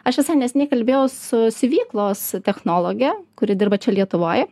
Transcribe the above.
aš visai neseniai kalbėjau su siuvyklos technologe kuri dirba čia lietuvoj